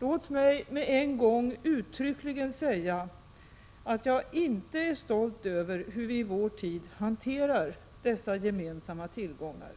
Låt mig med en gång uttryckligen säga att jag inte är stolt över hur vi i vår tid hanterar dessa gemensamma tillgångar.